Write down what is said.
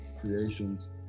creations